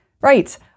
Right